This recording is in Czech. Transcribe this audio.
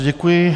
Děkuji.